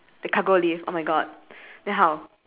the cargo lift oh my god then how